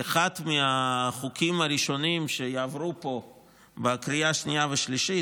זה אחד החוקים הראשונים שיעברו פה בקריאה שנייה ושלישית,